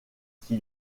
qui